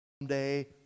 someday